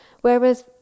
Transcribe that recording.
whereas